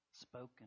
spoken